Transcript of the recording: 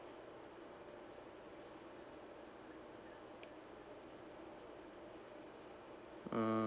mm